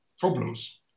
problems